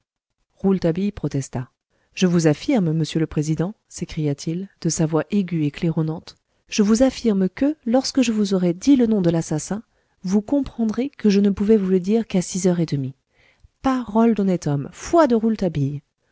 rouletabille protesta je vous affirme monsieur le président s'écria-t-il de sa voix aiguë et claironnante je vous affirme que lorsque je vous aurai dit le nom de l'assassin vous comprendrez que je ne pouvais vous le dire qu'à six heures et demie parole d'honnête homme foi de